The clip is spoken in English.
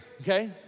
okay